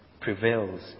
prevails